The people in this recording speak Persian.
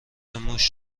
موش